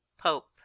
Pope